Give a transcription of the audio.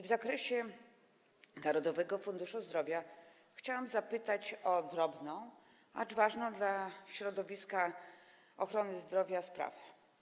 W odniesieniu do Narodowego Funduszu Zdrowia chciałam zapytać o drobną, acz ważną dla środowiska ochrony zdrowia sprawę.